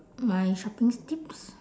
my shopping tips